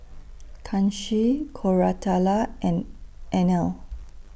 Kanshi Koratala and Anil